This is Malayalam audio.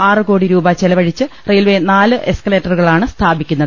ആറു കോടി രൂപ ചെലവഴിച്ച് റെയിൽവെ നാല് എസ്കലേറ്ററുകളാണ് സ്ഥാപിക്കുന്നത്